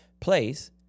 place